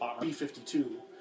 B-52